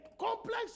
complex